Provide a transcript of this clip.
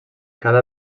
cada